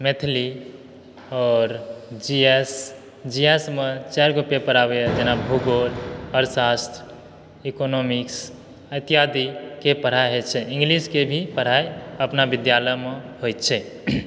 मैथिली आओर G S G S मे चारिगो पेपर आबयए जेना भूगोल अर्थशास्त्र ईकोनॉमिक्स इत्यादिके पढ़ाइ होयत छै इंग्लिशके भी पढ़ाइ अपना विद्यालयमे होयत छै